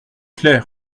clair